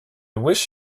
wish